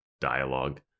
dialogue